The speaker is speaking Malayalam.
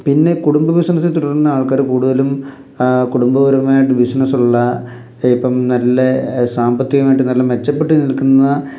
പിന്നെ കുടുംബ ബിസിനസ് തുടരുന്ന ആൾക്കാർ കൂടുതലും കുടുംബപരമായിട്ട് ബിസിനസ്സുള്ളത് ഇപ്പം നല്ല സാമ്പത്തികമായിട്ട് നല്ല മെച്ചപ്പെട്ടു നിൽക്കുന്ന